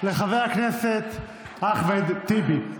תודה רבה לחבר הכנסת אחמד טיבי.